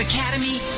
Academy